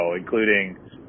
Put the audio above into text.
including